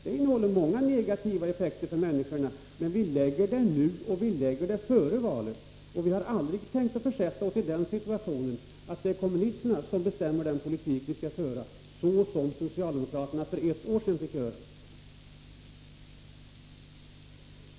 Det medför många negativa effekter för människorna, men vi lägger fram det nu före valet. Vi har aldrig tänkt försätta oss i den situationen att det är kommunisterna som bestämmer den politik som vi skall föra, något som socialdemokraterna för ett år sedan fick acceptera.